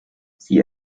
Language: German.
sie